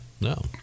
no